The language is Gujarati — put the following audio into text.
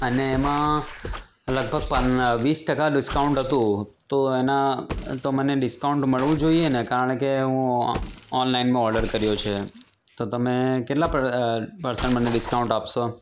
અને એમાં લગભગ પંદ વીસ ટકા ડિસ્કાઉન્ટ હતું તો એના તો મને ડિસ્કાઉન્ટ મળવું જોઈએ ને કારણકે હું ઓનલાઈનમાં ઓર્ડર કર્યો છે તો તમે કેટલાં પર પરસન્ટ મને ડિસ્કાઉન્ટ આપશો